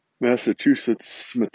Massachusetts